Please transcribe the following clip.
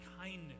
kindness